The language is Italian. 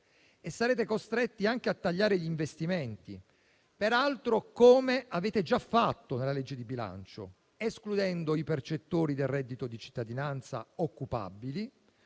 lo stato sociale e anche gli investimenti, come peraltro avete già fatto nella legge di bilancio, escludendo i percettori del reddito di cittadinanza occupabili,